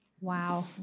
wow